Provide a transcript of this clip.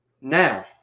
Now